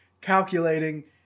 calculating